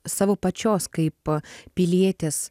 savo pačios kaip pilietės